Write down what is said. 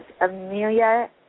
Amelia